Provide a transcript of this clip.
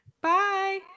Bye